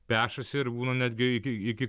pešasi ir būna netgi iki iki